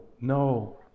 no